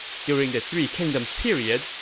during the three kingdoms period,